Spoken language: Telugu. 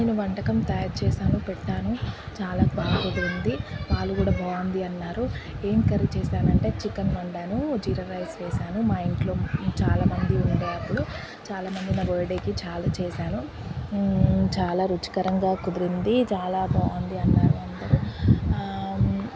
నేను వంటకం తయారు చేశాను పెట్టాను చాలా బాగుంది వాళ్లు కూడా బాగుంది అన్నారు ఏం కర్రీ చేశానంటే చికెన్ వండాను జీరా రైస్ చేశాను మా ఇంట్లో చాలామంది ఉన్నారు చాలామంది నా బర్త్ డేకి చాలా చేశాను చాలా రుచికరంగా కుదిరింది చాలా బాగుంది అన్నారు అందరూ